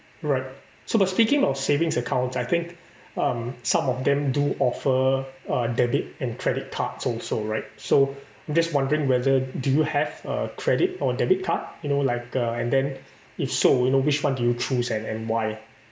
right so the speaking of savings accounts I think um some of them do offer uh debit and credit cards also right so just wondering whether do you have a credit or debit card you know like uh and then if so you know which one do you choose and and why